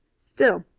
still,